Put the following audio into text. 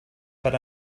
but